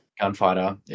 gunfighter